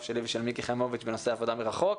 שלי ושל מיקי חיימוביץ' בנושא עבודה מרחוק